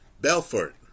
Belfort